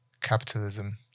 capitalism